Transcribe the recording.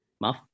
Muff